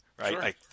right